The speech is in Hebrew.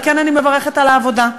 ועל כן אני מברכת על העבודה.